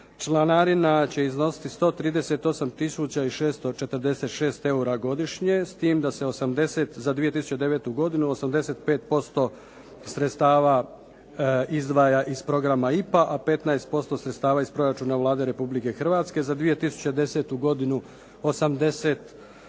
Članarine će iznositi 138 tisuća i 646 eura godišnje, s tim da se 80 za 2009. godine 85% sredstava izdvaja iz programa IPA, a 15% sredstava iz proračuna Vlade Republike Hrvatske. Za 2010. godinu 80%